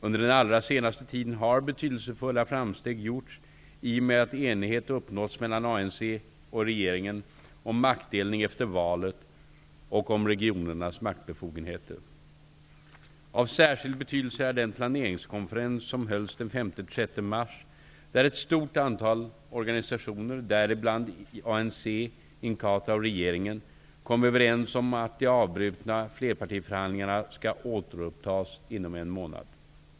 Under den allra senaste tiden har betydelsefulla framsteg gjorts i och med att enighet uppnåtts mellan ANC och regeringen om maktdelning efter valet och om regionernas maktbefogenheter. Av särskild betydelse är den planeringskonferens som hölls den däribland ANC och Inkatha -- och regeringen, kom överens om att de avbrutna flerpartiförhandlingarna skall återupptas inom en månad.